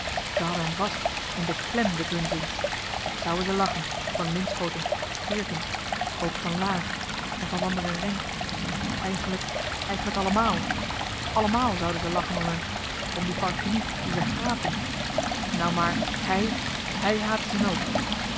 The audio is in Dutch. ze hadden hem vast in de klem de bunzing wat zou'en ze lachen van linschooten geerkens ook van laer en van wanderen renck eigenlijk eigenlijk allemaal allemaal zou'en ze lachen om hem om die parfenu die ze hààtten nou maar hij hij haatte ze n ook o